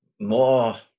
more